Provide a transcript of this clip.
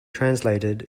translated